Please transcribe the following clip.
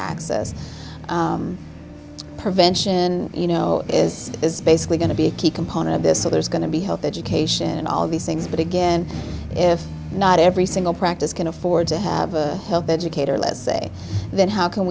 access to prevention you know is is basically going to be a key component of this so there's going to be health education and all these things but again if not every single practice can afford to have a health educator let's say then how can